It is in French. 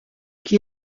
qui